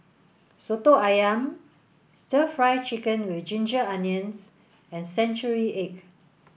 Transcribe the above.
Soto Ayam stir fry chicken with ginger onions and century egg